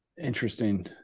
Interesting